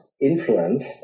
influence